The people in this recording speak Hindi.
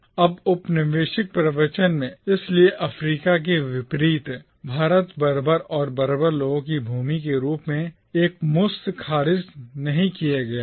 अब औपनिवेशिक प्रवचन में इसलिए अफ्रीका के विपरीत भारत बर्बर और बर्बर लोगों की भूमि के रूप में एकमुश्त खारिज नहीं किया गया था